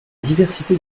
diversité